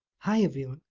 hi everyone,